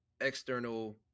external